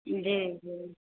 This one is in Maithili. जी जी